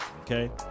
Okay